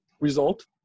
result